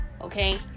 okay